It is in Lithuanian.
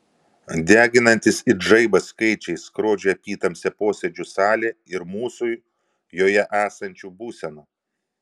deginantys it žaibas skaičiai skrodžia apytamsę posėdžių salę ir mūsų joje esančių būseną